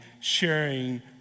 sharing